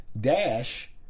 Dash